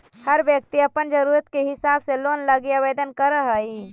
हर व्यक्ति अपन ज़रूरत के हिसाब से लोन लागी आवेदन कर हई